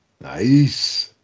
Nice